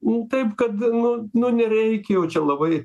nu taip kad nu nu nereikia jau čia labai